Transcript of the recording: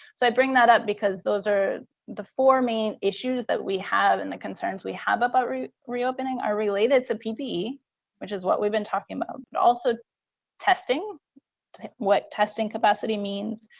so i bring that up because those are the four main issues that we have. and the concerns we have about re reopening are related to ppe, which is what we've been talking about, but also testing what testing capacity means,